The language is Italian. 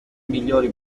migliori